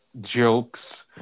jokes